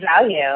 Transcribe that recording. value